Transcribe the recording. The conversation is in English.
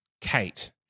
Kate